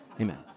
amen